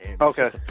Okay